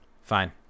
Fine